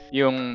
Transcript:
yung